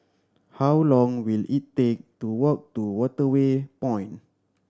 how long will it take to walk to Waterway Point